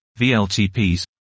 VLTPs